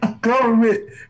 government